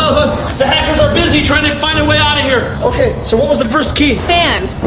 the hackers are busy trying to find a way out of here. okay, so what was the first key? fan.